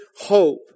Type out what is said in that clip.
hope